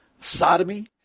sodomy